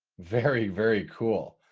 very, very cool.